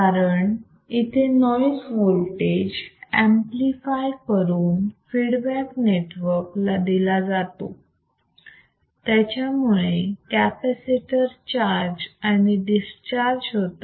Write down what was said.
कारण इथे noise voltage amplify करून फीडबॅक नेटवर्क ला दिला जातो याच्यामुळे कॅपॅसिटर चार्ज आणि डिस्चार्ज होतात